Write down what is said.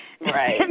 Right